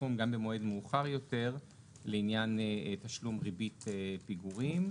הסכום גם במועד מאוחר יותר לעניין תשלום ריבית פיגורים.